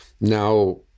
now